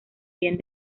bien